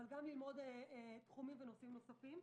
אך גם ללמוד תחומים נוספים.